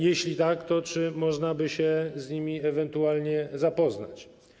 Jeśli tak, to czy można by się z nimi ewentualnie zapoznać?